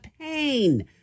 pain